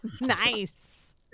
Nice